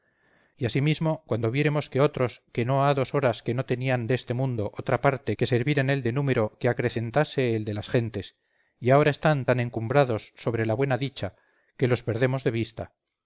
y asimismo cuando viéremos que otros que no ha dos horas que no tenían deste mundo otra parte que servir en él de número que acrecentase el de las gentes y ahora están tan encumbrados sobre la buena dicha que los perdemos de vista